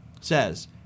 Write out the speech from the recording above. says